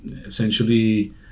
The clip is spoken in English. essentially